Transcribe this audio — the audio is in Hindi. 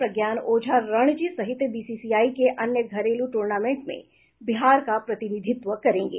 प्रज्ञान ओझा रणजी सहित बीसीसीआई के अन्य घरेलु टूर्नामेंट में बिहार का प्रतिनिधित्व करेंगे